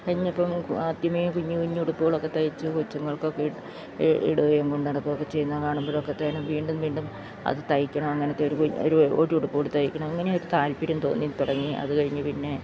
കഴിഞ്ഞപ്പം ആദ്യമേ കുഞ്ഞ് കുഞ്ഞുടുപ്പുകളൊക്കെ തയ്ച്ച് കൊച്ചുങ്ങൾക്കൊക്കെ ഇടുകയും കൊണ്ടുനടക്കുകയും ഒക്കെ ചെയ്യുന്ന കാണുമ്പോഴൊക്കെത്തേനും വീണ്ടും വീണ്ടും അത് തയ്ക്കണം അങ്ങനത്തെ ഒരു ഒരൂ ഒരുടുപ്പുകൂടി തയ്ക്കണം അങ്ങനെ ഒരു താല്പര്യം തോന്നിത്തുടങ്ങി അതുകഴിഞ്ഞ് പിന്നെ